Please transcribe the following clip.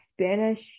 Spanish